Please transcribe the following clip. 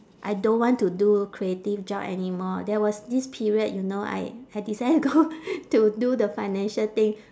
I don't want to do creative job anymore there was this period you know I I decided go to do the financial thing